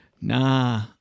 Nah